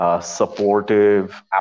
supportive